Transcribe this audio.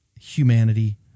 humanity